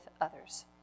others